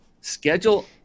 schedule